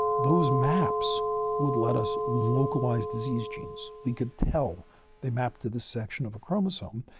those maps would let us localize disease genes. we could tell they mapped to the section of a chromosome.